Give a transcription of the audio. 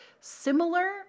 similar